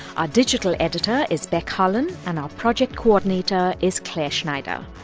our digital editor is beck harlan, and our project coordinator is clare schneider.